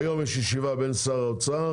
היום יש ישיבה בין שר האוצר לדובי אמיתי.